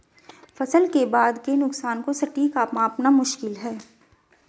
फसल के बाद के नुकसान को सटीक मापना मुश्किल है